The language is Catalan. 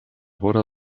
vora